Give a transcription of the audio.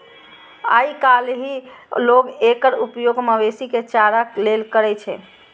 आइकाल्हि लोग एकर उपयोग मवेशी के चारा लेल करै छै